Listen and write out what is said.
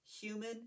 human